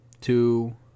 two